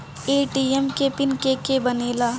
ATM के PIN के के बनेला?